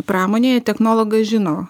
pramonėje technologas žino